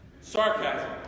Sarcasm